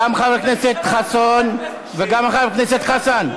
גם חבר הכנסת חסון וגם חבר הכנסת חזן.